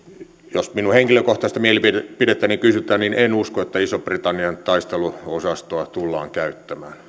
jos minun henkilökohtaista mielipidettäni kysytään niin en usko että ison britannian taisteluosastoa tullaan käyttämään